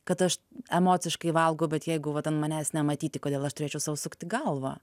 kad aš emociškai valgau bet jeigu vat an manęs nematyti kodėl aš turėčiau sau sukti galvą